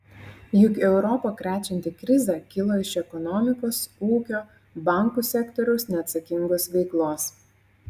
juk europą krečianti krizė kilo iš ekonomikos ūkio bankų sektoriaus neatsakingos veiklos